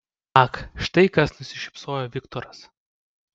ach štai kas nusišypsojo viktoras